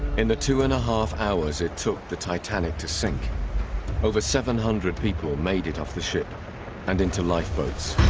in the two and a half hours it took the titanic to sink over seven hundred people made it off the ship and into lifeboats